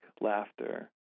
laughter